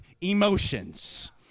emotions